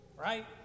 Right